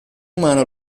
umano